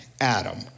Adam